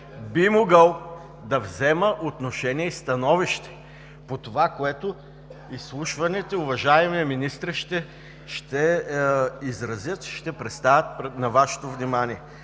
би могъл да вземе отношение и становище по това, което изслушваните уважаеми министри ще изразят и ще представят на Вашето внимание.